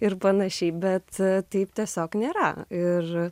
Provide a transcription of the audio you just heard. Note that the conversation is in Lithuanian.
ir pan bet taip tiesiog nėra ir